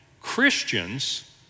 christians